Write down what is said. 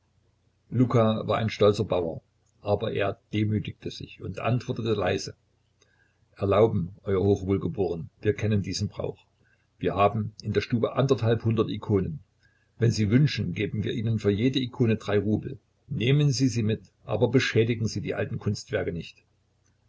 luka war ein stolzer bauer aber er demütigte sich und antwortete leise erlauben euer hochwohlgeboren wir kennen diesen brauch wir haben in der stube anderthalb hundert ikonen wenn sie wünschen geben wir ihnen für jede ikone drei rubel nehmen sie sie mit aber beschädigen sie die alten kunstwerke nicht